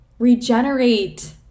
regenerate